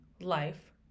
life